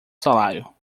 salário